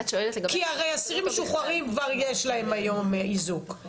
כי הרי אסירים משוחררים כבר יש להם היום איזוק,